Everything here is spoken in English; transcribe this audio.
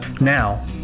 now